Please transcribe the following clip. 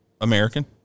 American